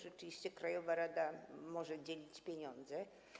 Rzeczywiście krajowa rada może dzielić pieniądze.